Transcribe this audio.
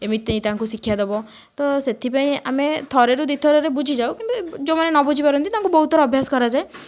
ଏମିତି ତାଙ୍କୁ ଶିକ୍ଷା ଦବ ତ ସେଥିପାଇଁ ଆମେ ଥରେ ରୁ ଦୁଇ ଥରରେ ବୁଝିଯାଉ କିନ୍ତୁ ଯେଉଁମାନେ ନ ବୁଝି ପାରନ୍ତି ତାଙ୍କୁ ବହୁତ ଥର ଅଭ୍ୟାସ କରାଯାଏ